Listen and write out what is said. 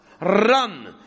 run